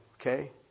Okay